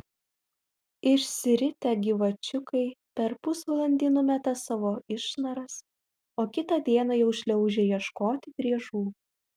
išsiritę gyvačiukai per pusvalandį numeta savo išnaras o kitą dieną jau šliaužia ieškoti driežų